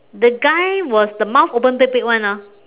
the guy was the mouth open big big [one] orh